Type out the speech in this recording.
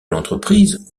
l’entreprise